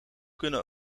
kunnen